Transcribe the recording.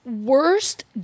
Worst